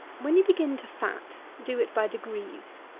when you begin to fat, do it by degrees,